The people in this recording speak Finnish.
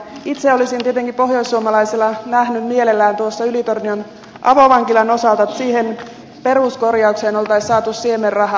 itse olisin tietenkin pohjoissuomalaisena nähnyt mielelläni ylitornion avovankilan osalta että siihen peruskorjaukseen olisi saatu siemenrahaa